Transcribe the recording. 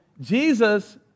Jesus